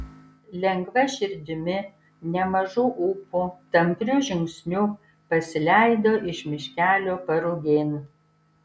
lengva širdimi nemažu ūpu tampriu žingsniu pasileido iš miškelio parugėn